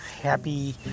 happy